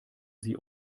sie